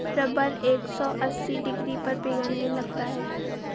rubber एक सौ अस्सी डिग्री पर पिघलने लगता है